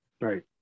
Right